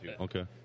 okay